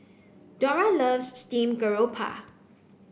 Dora loves steamed garoupa